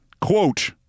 quote